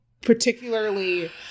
particularly